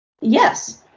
yes